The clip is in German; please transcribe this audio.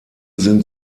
sind